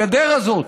הגדר הזאת,